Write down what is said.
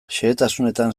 xehetasunetan